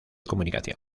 comunicación